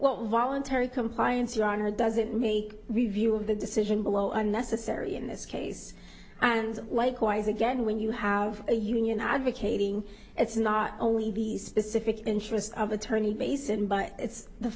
honor doesn't make review of the decision below unnecessary in this case and likewise again when you have a union advocating it's not only be specific interest of attorney base and but it's the